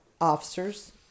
officers